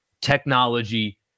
technology